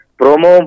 promo